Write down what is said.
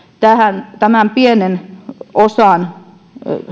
tämän pienen osan